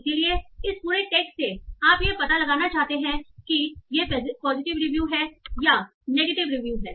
इसलिए इस पूरे टेक्स्ट से आप यह पता लगाना चाहते हैं कि यह पॉजिटिव रिव्यू है या नेगेटिव रिव्यू है